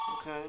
okay